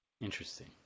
Interesting